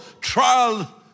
trial